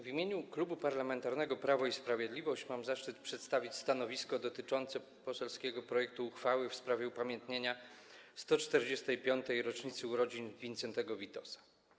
W imieniu Klubu Parlamentarnego Prawo i Sprawiedliwość mam zaszczyt przedstawić stanowisko dotyczące poselskiego projektu uchwały w sprawie upamiętnienia 145. rocznicy urodzin Wincentego Witosa.